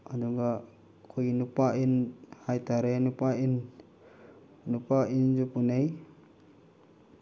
ꯑꯗꯨꯒ ꯑꯩꯈꯣꯏꯒꯤ ꯅꯨꯄꯥ ꯏꯟ ꯍꯥꯏ ꯇꯥꯔꯦ ꯅꯨꯄꯥ ꯏꯟ ꯅꯨꯄꯥ ꯏꯟꯁꯨ ꯄꯨꯅꯩ